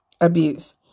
abuse